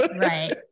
Right